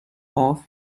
off